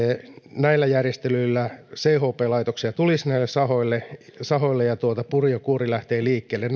näillä järjestelyillä chp laitoksia tulisi näille sahoille sahoille ja puru ja kuori lähtevät liikkeelle